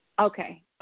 Okay